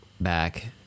back